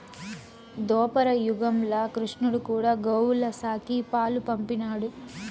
దోపర యుగంల క్రిష్ణుడు కూడా గోవుల సాకి, పాలు పిండినాడు